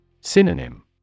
Synonym